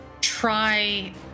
try